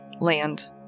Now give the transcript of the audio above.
land